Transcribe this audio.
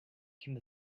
came